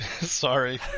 Sorry